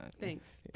Thanks